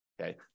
Okay